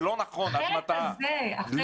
זה לא נכון --- החלק הזה, החלק הזה.